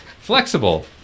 Flexible